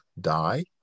die